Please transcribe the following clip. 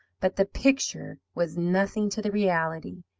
but the picture was nothing to the reality.